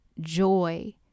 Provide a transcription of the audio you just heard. joy